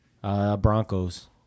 Broncos